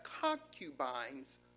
concubines